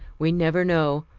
we never know.